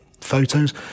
photos